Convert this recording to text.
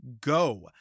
go